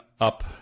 up